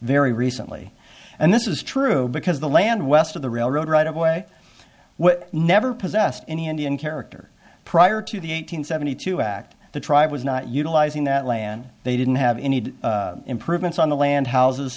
very recently and this is true because the land west of the railroad right of way will never possessed any indian character prior to the eight hundred seventy two act the tribe was not utilizing that land they didn't have any improvements on the land houses